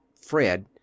Fred